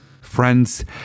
Friends